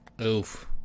Oof